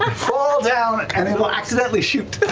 fall down, and it'll accidentally shoot.